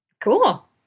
Cool